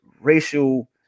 racial